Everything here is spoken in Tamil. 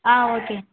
ஆ ஓகே